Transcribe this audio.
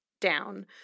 down